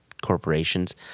corporations